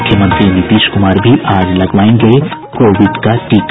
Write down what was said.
मुख्यमंत्री नीतीश कुमार भी आज लगवायेंगे कोविड का टीका